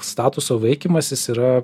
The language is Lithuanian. statuso vaikymasis yra